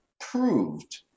proved